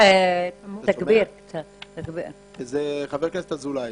מדבר חבר הכנסת אזולאי.